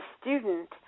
student